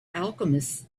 alchemist